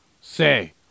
say